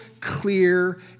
clear